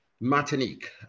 Martinique